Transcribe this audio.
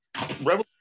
Revolution